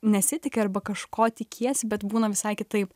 nesitiki arba kažko tikiesi bet būna visai kitaip